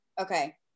okay